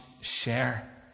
share